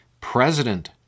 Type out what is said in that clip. President